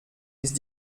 ist